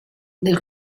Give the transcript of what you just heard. nel